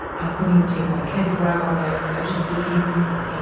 i couldn't even take my kids where i wanted. i just became this so